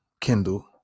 Kindle